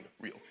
real